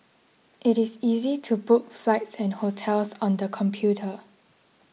it is easy to book flights and hotels on the computer